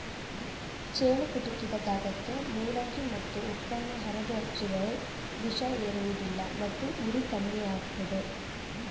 ಚೇಳು ಕುಟುಕಿದ ಜಾಗಕ್ಕೆ ಮೂಲಂಗಿ ಮತ್ತು ಉಪ್ಪನ್ನು ಅರೆದು ಹಚ್ಚಿದರೆ ವಿಷ ಏರುವುದಿಲ್ಲ ಮತ್ತು ಉರಿ ಕಮ್ಮಿಯಾಗ್ತದೆ